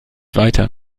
weiter